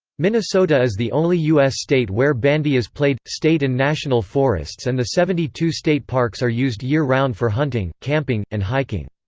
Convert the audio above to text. minnesota is the only u s. state where bandy is played state and national forests and the seventy-two state parks are used year-round for hunting, camping, and hiking.